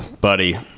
Buddy